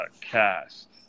cast